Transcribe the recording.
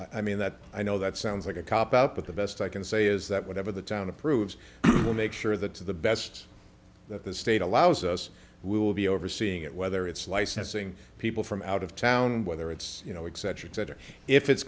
i mean that i know that sounds like a cop out but the best i can say is that whatever the town approves will make sure that the best that the state allows us will be overseeing it whether it's licensing people from out of town whether it's you know